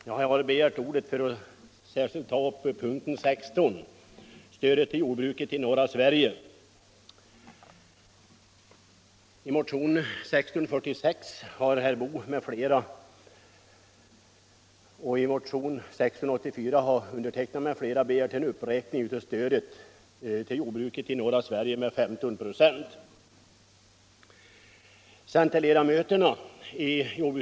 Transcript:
Jag har begärt ordet för att särskilt tala om punkten 16, stöd till jordbruket i norra Sverige.